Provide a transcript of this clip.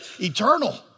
eternal